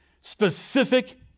specific